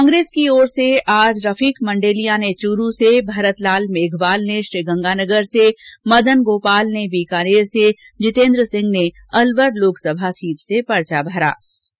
कांग्रेस की ओर से आज रफीक मंडेलिया ने चूरू से भरत लाल मेघवाल ने श्रीगंगानगर से मदन गोपाल ने बीकानेर से जितेन्द्र सिंह ने अलवर लोकसभा सीट से पर्चे भरे हैं